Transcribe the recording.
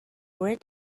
red